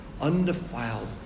undefiled